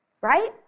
right